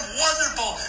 wonderful